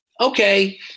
okay